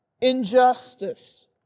injustice